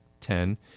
Ten